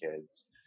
kids